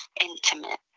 intimate